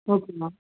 okay ma'am